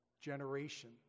generation